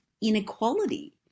inequality